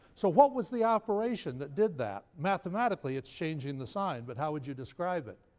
so what was the operation that did that? mathematically it's changing the sign. but how would you describe it,